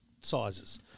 sizes